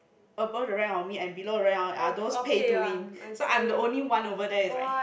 above the rank of me and below the rank of are those pay to win so I'm the only one over there is like